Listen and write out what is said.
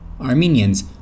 Armenians